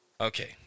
Okay